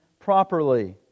properly